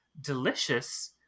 delicious